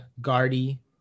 guardy